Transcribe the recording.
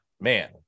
man